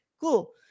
cool